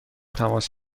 تماس